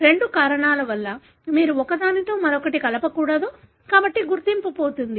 రెండు కారణాల వల్ల మీరు ఒకదానితో మరొకటి కలపకూడదు కాబట్టి గుర్తింపుపోతుంది